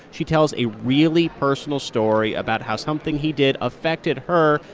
she tells a really personal story about how something he did affected her,